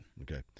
okay